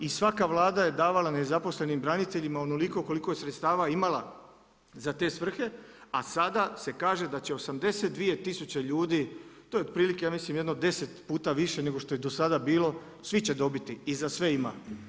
I svaka vlada je davala nezaposlenima onoliko koliko je sredstava imala za te svrhe, a sada se kaže da će 82 tisuće ljudi, to je otprilike ja mislim jedno deset puta više nego što je do sada bilo svi će dobiti i za sve ima.